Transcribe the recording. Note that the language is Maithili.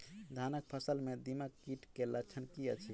धानक फसल मे दीमक कीट केँ लक्षण की अछि?